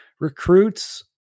recruits